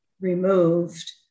removed